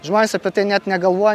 žmonės apie tai net negalvoja